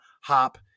Hop